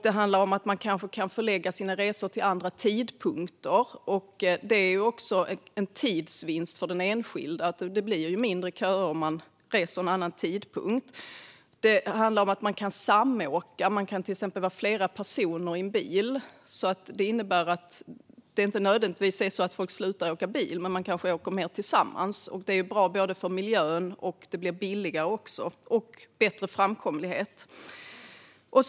Det handlar även om att människor kanske kan förlägga sina resor till andra tidpunkter, vilket också innebär en tidsvinst för den enskilde - det blir ju mindre köer om resan sker vid en annan tidpunkt. Det handlar dessutom om att människor kan samåka. Det går till exempel att vara flera personer i en bil. Det är inte nödvändigtvis så att folk slutar att åka bil, men de kanske åker mer tillsammans. Detta är bra för miljön. Det blir också billigare, och framkomligheten blir bättre.